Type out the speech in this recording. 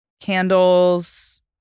candles